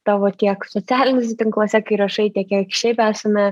tavo tiek socialiniuose tinkluose kai rašai tiek kiek šiaip esame